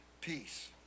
peace